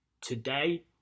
Today